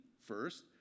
First